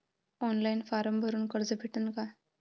Online form भरून कर्ज भेटन का?